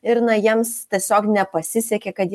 ir na jiems tiesiog nepasisekė kad